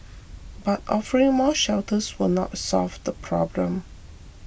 but offering more shelters will not solve the problem